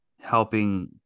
helping